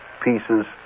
pieces